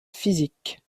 physique